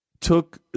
took